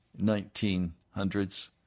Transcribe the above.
1900s